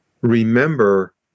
remember